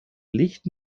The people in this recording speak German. licht